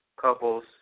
Couples